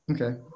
okay